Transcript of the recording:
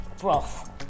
broth